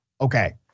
Okay